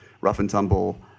rough-and-tumble